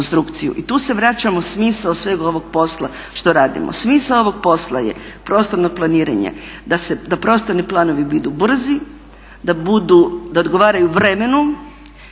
I tu se vraćamo u smisao svega ovog posla što radimo. Smisao ovog posla je prostorno planiranje, da prostorni planovi budu brzi, da odgovaraju vremenu,